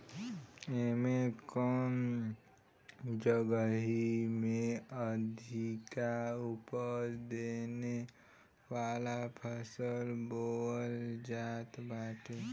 एमे कम जगही में अधिका उपज देवे वाला फसल बोअल जात बाटे